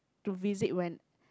to visit when